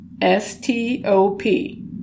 S-T-O-P